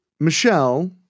Michelle